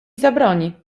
zabroni